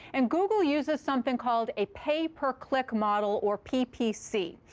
and google uses something called a pay-per-click model, or ppc.